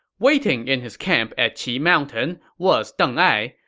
waiting in his camp at qi mountain was deng ai,